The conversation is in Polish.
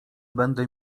będę